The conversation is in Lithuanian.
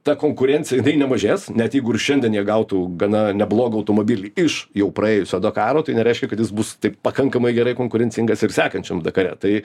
ta konkurencija nemažės net jeigu ir šiandien jie gautų gana neblogą automobilį iš jau praėjusio dakaro tai nereiškia kad jis bus taip pakankamai gerai konkurencingas ir sekančiam dakare tai